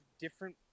different